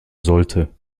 sollte